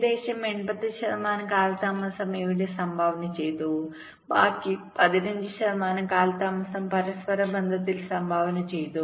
ഏകദേശം 85 ശതമാനം കാലതാമസം ഇവിടെ സംഭാവന ചെയ്തു ബാക്കി 15 ശതമാനം കാലതാമസം പരസ്പര ബന്ധത്തിൽ സംഭാവന ചെയ്തു